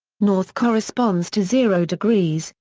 north corresponds to zero degrees,